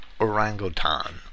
Orangutan